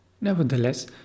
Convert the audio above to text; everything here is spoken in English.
Nevertheless